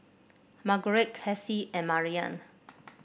Margurite Cassie and Mariann